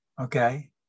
Okay